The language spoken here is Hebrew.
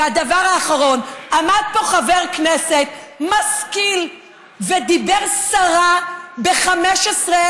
והדבר האחרון: עמד פה חבר כנסת משכיל ודיבר סרה ב-15,000